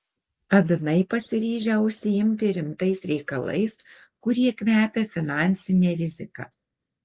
avinai pasiryžę užsiimti rimtais reikalais kurie kvepia finansine rizika